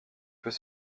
peut